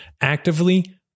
Actively